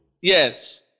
Yes